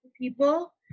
people